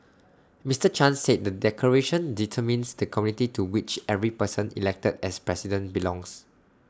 Mister chan said the declaration determines the community to which every person elected as president belongs